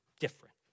different